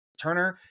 Turner